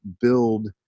build